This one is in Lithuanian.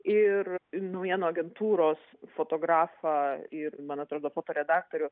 ir naujienų agentūros fotografą ir man atrodo fotoredaktorių